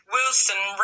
Wilson